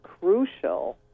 crucial